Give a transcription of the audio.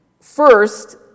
First